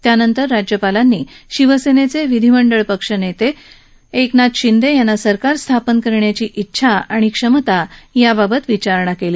त्यानंतर राज्यपालांनी शिवसेनेचे विधीमंडळ पक्ष नेते एकनाथ शिंदे यांना सरकार स्थापन करण्याची उंछा आणि क्षमता याबाबत विचारणा केली